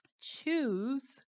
choose